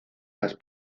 las